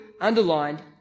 underlined